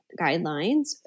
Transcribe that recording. guidelines